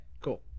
cool